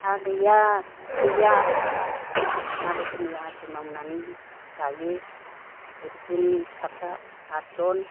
हा गैया हु गैया मालायफोरनि आदि मावनानै जायो बिदिनो फिसाफ्रा आठजन